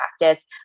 practice